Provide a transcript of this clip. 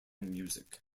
music